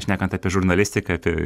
šnekant apie žurnalistiką apie